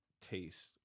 taste